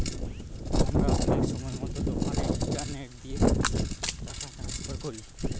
আমরা অনেক সময়তো দোকানে ইন্টারনেট দিয়ে টাকা ট্রান্সফার করি